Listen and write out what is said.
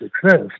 success